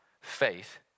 faith